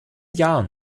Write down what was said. jahren